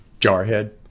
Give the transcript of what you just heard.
jarhead